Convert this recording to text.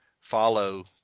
follow